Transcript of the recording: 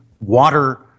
water